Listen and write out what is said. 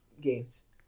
games